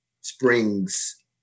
springs